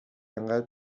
انقدر